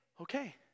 okay